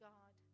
God